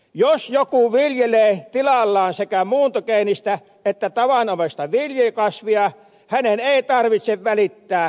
jos joku viljelee tilallaan sekä muuntogeenistä että tavanomaista viljelykasvia hänen ei tarvitse välittää suojaetäisyyksistä